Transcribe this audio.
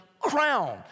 Crown